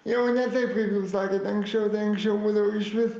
jau ne taip kaip jūs sakėt anksčiau anksčiau būdavo išvis